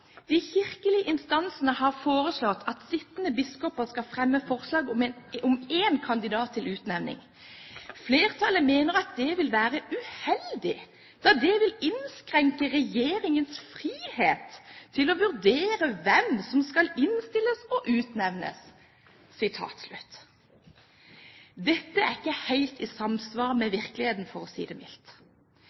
kirkelige instansene har foreslått at sittende biskoper skal fremme forslag om en kandidat til utnevning. Flertallet mener at dette vil være uheldig, da det vil innskrenke regjeringens frihet til å vurdere hvem som skal innstilles og utnevnes». Dette er ikke helt i samsvar med virkeligheten, for å si det mildt.